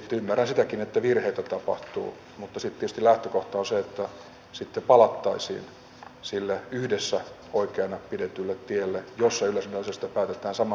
sitten ymmärrän sitäkin että virheitä tapahtuu mutta sitten tietysti lähtökohta on se että sitten palattaisiin sille yhdessä oikeana pidetylle tielle jolla yleisradion asioista päätetään saman pöydän ääressä